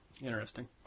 Interesting